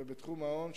ובתחום ההון,